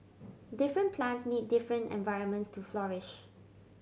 different plants need different environments to flourish